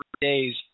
days